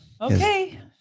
Okay